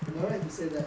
am I right to say that